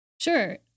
sure